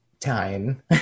time